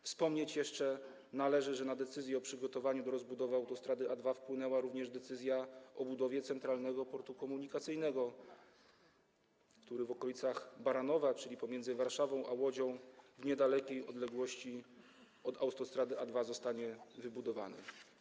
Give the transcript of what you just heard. Wspomnieć jeszcze należy, że na decyzję o przygotowaniu do rozbudowy autostrady A2 wpłynęła również decyzja o budowie Centralnego Portu Komunikacyjnego, który w okolicach Baranowa, czyli pomiędzy Warszawą a Łodzią, w niedalekiej odległości od autostrady A2, zostanie wybudowany.